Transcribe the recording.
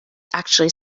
actually